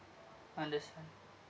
understand